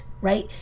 Right